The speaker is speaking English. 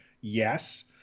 yes